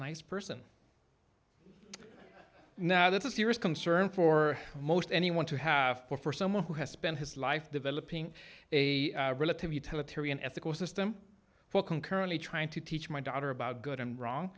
nice person now that's a serious concern for most anyone to have put for someone who has spent his life developing a relative utilitarian ethical system for concurrently trying to teach my daughter about good i'm wrong